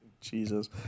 Jesus